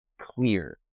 clear